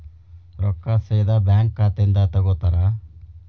ರೊಕ್ಕಾ ಸೇದಾ ಬ್ಯಾಂಕ್ ಖಾತೆಯಿಂದ ತಗೋತಾರಾ?